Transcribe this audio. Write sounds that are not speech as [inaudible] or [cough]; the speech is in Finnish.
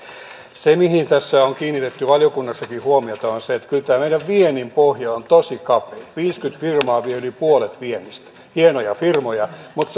se mihin tässä on kiinnitetty valiokunnassakin huomiota on on se että kyllä tämä meidän viennin pohja on tosi kapea viisikymmentä firmaa vie yli puolet viennistä hienoja firmoja mutta [unintelligible]